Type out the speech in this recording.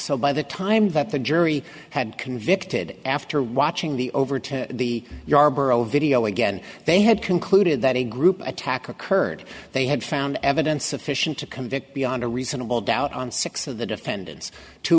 so by the time that the jury had convicted after watching the over to the yarborough video again they had concluded that a group attack occurred they had found evidence sufficient to convict beyond a reasonable doubt on six of the defendants two